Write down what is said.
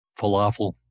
falafel